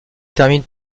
terminent